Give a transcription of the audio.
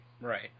right